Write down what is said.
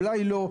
אולי לא.